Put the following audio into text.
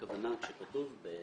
אתם רואים למשל